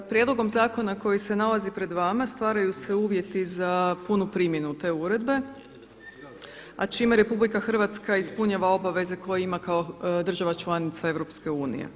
Prijedlogom zakona koji se nalazi pred vama stvaraju se uvjeti za punu primjenu te uredbe a čime RH ispunjava obaveze koje ima kao država članica EU.